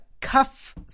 Cuff